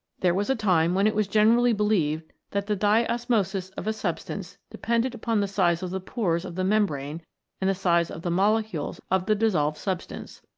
there was a time when it was generally believed that the diosmosis of a substance depended upon the size of the pores of the membrane and the size of the molecules of the dissolved substance.